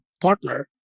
partner